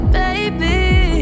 baby